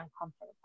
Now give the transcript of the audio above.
uncomfortable